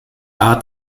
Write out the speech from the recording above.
art